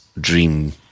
Dream